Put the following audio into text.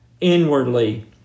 inwardly